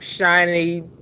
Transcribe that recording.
shiny